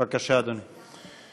בבקשה, אדוני.